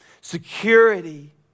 security